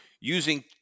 using